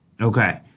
Okay